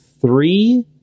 three